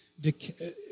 decay